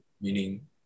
meaning